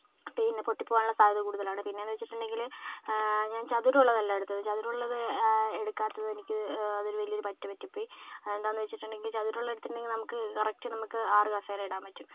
പിന്നെ പൊട്ടിപോകാനുള്ള സാദ്ധ്യത കൂടുതലാണ് പിന്നെ എന്ന് വെച്ചിട്ടുണ്ടെങ്കിൽ ഞാൻ ചതുരം ഉള്ളതല്ല എടുത്തത് ചതുരമുള്ളത് എടുക്കാത്തത് എനിക്ക് അത് വലിയൊരു പറ്റ് പറ്റിപ്പോയി അത് എന്താ എന്ന് വെച്ചിട്ടുണ്ടെങ്കിൽ ചതുരമുള്ളത് എടുത്തിട്ടുണ്ടെങ്കിൽ നമുക്ക് കറക്റ്റ് നമുക്ക് ആറ് കസേര ഇടാൻ പറ്റും